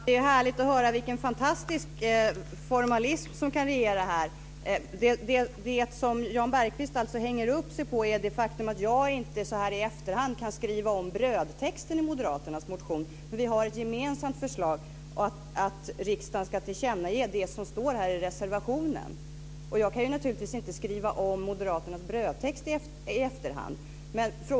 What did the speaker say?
Fru talman! Det är härligt att höra vilken fantastisk formalism som kan regera här. Det som Jan Bergqvist hänger upp sig på är det faktum att jag inte så här i efterhand kan skriva om brödtexten i moderaternas motion. Vi har ett gemensamt förslag, att riksdagen ska tillkännage det som står i reservationen. Jag kan naturligtvis inte skriva om moderaternas brödtext i efterhand.